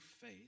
faith